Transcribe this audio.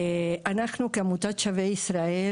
אנחנו כעמותת "שבי ישראל",